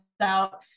out